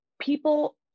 people